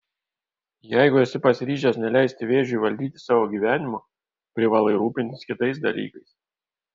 jeigu esi pasiryžęs neleisti vėžiui valdyti savo gyvenimo privalai rūpintis kitais dalykais